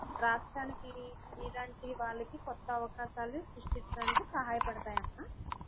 రాష్ట్రానికి నీలాంటి వాళ్ళకి క్రొత్త అవకాశాలు సృష్టించడానికి సహాయపడతాయమ్మా